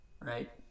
right